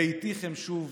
" ראיתיכם שוב